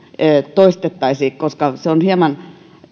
toistettaisi koska se on hieman